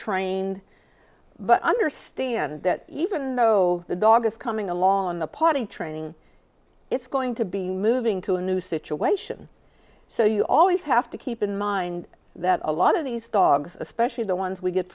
trained but understand that even though the dog is coming along on the potty training it's going to be moving to a new situation so you always have to keep in mind that a lot of these dogs especially the ones we get